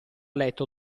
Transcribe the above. letto